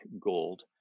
gold